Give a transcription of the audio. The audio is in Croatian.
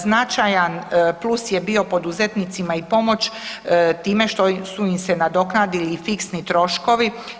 Značajan plus je bio poduzetnicima i pomoć time što su im se nadoknadili i fiksni troškovi.